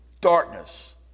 darkness